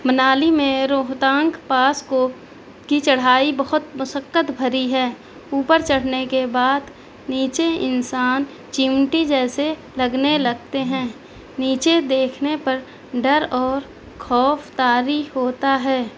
منالی میں روہتانگ پاس کو کی چڑھائی بہت مشقت بھری ہے اوپر چڑھنے کے بعد نیچے انسان چیونٹی جیسے لگنے لگتے ہیں نیچے دیکھنے پر ڈر اور خوف طاری ہوتا ہے